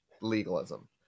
legalism